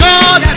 God